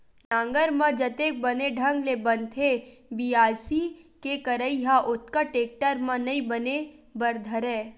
नांगर म जतेक बने ढंग ले बनथे बियासी के करई ह ओतका टेक्टर म नइ बने बर धरय